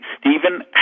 Stephen